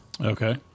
Okay